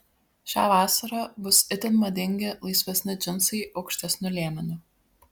šią vasarą bus itin madingi laisvesni džinsai aukštesniu liemeniu